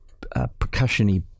percussion-y